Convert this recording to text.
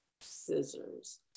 scissors